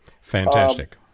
Fantastic